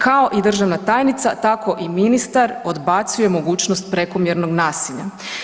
Kao i državna tajnica tako i ministar odbacuje mogućnost prekomjernog nasilja.